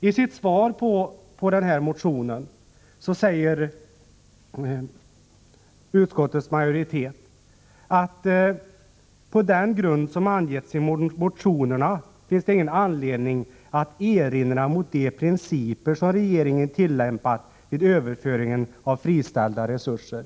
I sitt svar på motionen säger utskottets majoritet att på den grund som angetts i motionen finns det ingen anledning att erinra mot de principer som regeringen tillämpat vid överföringen av friställda resurser.